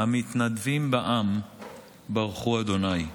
"המתנדבים בעם ברכו ה'".